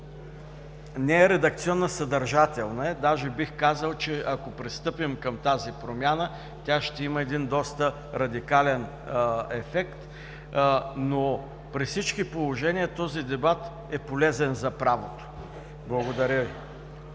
не е редакционна, съдържателна е. Даже бих казал, че ако пристъпим към тази промяна, тя ще има един доста радикален ефект. При всички положения този дебат е полезен за правото. Благодаря Ви.